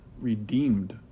redeemed